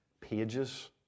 pages